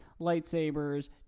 lightsabers